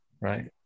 right